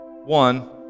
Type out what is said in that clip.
One